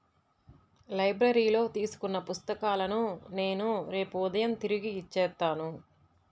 లైబ్రరీలో తీసుకున్న పుస్తకాలను నేను రేపు ఉదయం తిరిగి ఇచ్చేత్తాను